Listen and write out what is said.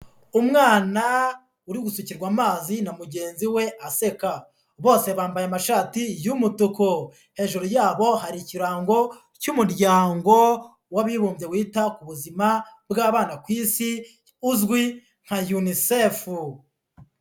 Umwana uri gusukirwa amazi na mugenzi we aseka, bose bambaye amashati y'umutuku, hejuru yabo hari ikirango cy'umuryango w'abibumbye wita ku buzima bw'abana ku Isi uzwi nka Unicef.